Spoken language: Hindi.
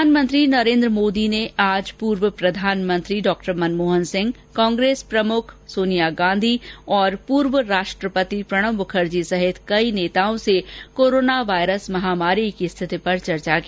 प्रधानमंत्री नरेन्द्र मोदी ने आज पूर्व प्रधानमंत्री मनमोहन सिंह कांग्रेस प्रमुख सोनिया गांधी और पूर्व राष्ट्रपति प्रणव मुखर्जी सहित कई नेताओं से कोरोना वायरस महमारी की स्थिति पर चर्चा की